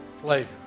pleasure